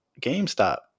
GameStop